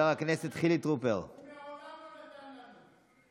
מעולם לא נתן לנו.